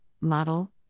model